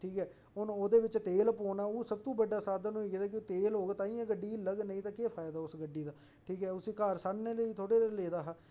ठीक ऐ हून ओह् ओहदे बिच्च तेल पौना ओह् सब तू बड़ा साधन होई गेदा ऐ तेल होग ताइयों गड्डी हिलग नेईं ते केह् फायदा उस गड्डी दा ठीक ऐ उसी घर साड़ने लेई थोह्ड़ा लेदा ऐ